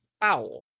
foul